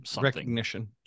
Recognition